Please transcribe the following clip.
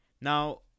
Now